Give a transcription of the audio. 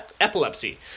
epilepsy